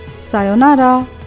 sayonara